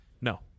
No